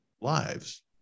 lives